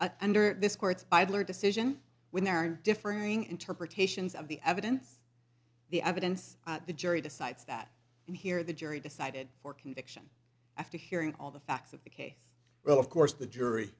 i under this court's idler decision when there are differing interpretations of the evidence the evidence the jury decides that and here the jury decided for conviction after hearing all the facts of the case well of course the jury